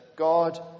God